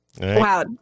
Wow